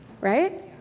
Right